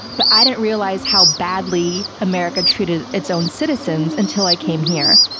but i didn't realize how badly america treated its own citizens until i came here.